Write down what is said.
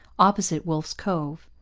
opposite wolfe's cove.